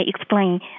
explain